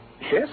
Yes